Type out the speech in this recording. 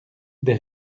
des